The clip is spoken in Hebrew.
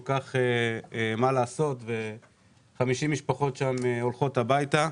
כך מה לעשות ו-50 משפחות הולכות הביתה.